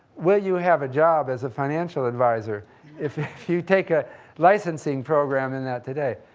will you have a job as a financial advisor if you take a licensing program in that today?